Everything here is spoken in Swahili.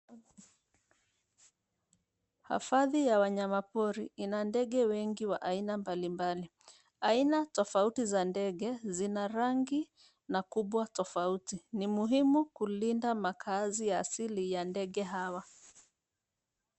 Hifadhi ya wanyamapori ina ndege wengi wa aina mbalimbali. Aina tofauti za ndege zina rangi na ukubwa tofauti. Ni muhimu kulinda makaazi asili ya ndege hawa.